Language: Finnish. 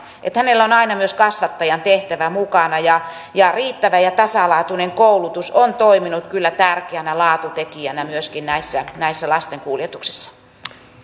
eli hänellä on aina myös kasvattajan tehtävä mukana ja ja riittävä ja tasalaatuinen koulutus on toiminut kyllä tärkeänä laatutekijänä myöskin näissä näissä lasten kuljetuksissa